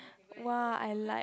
!wah! I like